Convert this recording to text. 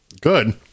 good